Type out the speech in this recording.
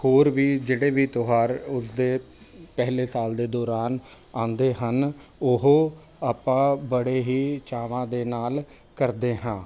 ਹੋਰ ਵੀ ਜਿਹੜੇ ਵੀ ਤਿਉਹਾਰ ਉਸ ਦੇ ਪਹਿਲੇ ਸਾਲ ਦੇ ਦੌਰਾਨ ਆਉਂਦੇ ਹਨ ਉਹ ਆਪਾਂ ਬੜੇ ਹੀ ਚਾਵਾਂ ਦੇ ਨਾਲ ਕਰਦੇ ਹਾਂ